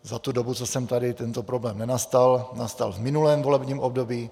Za tu dobu, co jsem tady, tento problém nenastal, nastal v minulém volebním období.